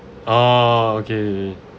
oh okay